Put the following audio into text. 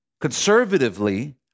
Conservatively